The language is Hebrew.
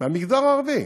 מהמגזר הערבי.